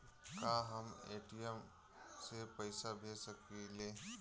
का हम ए.टी.एम से पइसा भेज सकी ले?